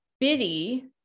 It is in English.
Biddy